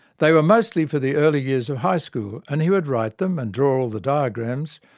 they were mostly for the early years of high school, and he would write them, and draw all the diagrams,